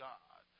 God